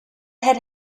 had